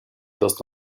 does